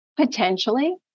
potentially